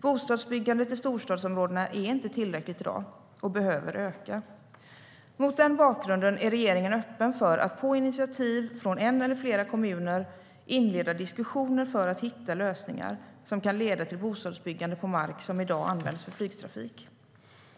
Bostadsbyggandet i storstadsområdena är inte tillräckligt i dag och behöver öka.